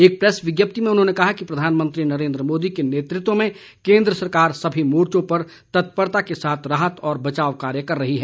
एक प्रैस विज्ञप्ति में उन्होंने कहा कि प्रधानमंत्री नरेंद्र मोदी के नेतृत्व में केंद्र सरकार सभी मोर्चों पर तत्परता के साथ राहत व बचाव कार्य कर रही है